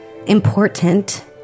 important